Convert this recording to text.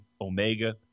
Omega